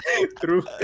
True